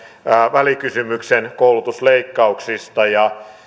välikysymyksen koulutusleikkauksista